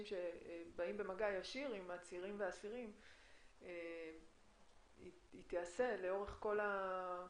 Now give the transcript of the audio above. שבאים במגע ישיר עם עצירים ואסירים תיעשה לכל האורך.